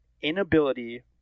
inability